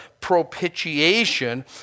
propitiation